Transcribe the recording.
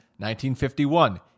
1951